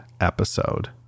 episode